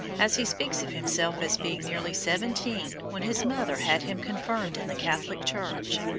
as he speaks of himself as being nearly seventeen when his mother had him confirmed in the catholic church,